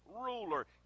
ruler